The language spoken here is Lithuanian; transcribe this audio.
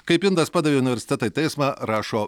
kaip indas padavė universitetą į teismą rašo